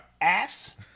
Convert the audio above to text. ass